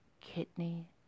kidney